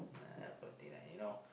like everything like you know